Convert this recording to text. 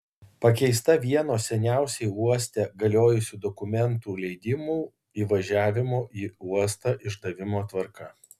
pakeista vieno seniausiai uoste galiojusių dokumentų leidimų įvažiavimo į uostą išdavimo tvarka